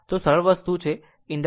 તે સરળ વસ્તુ છે